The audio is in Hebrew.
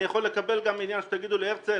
אני יכול לקבל גם שתגידו לי: הרצל,